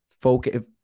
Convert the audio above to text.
focus